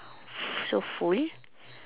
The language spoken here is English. f~ so full